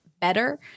better